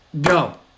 go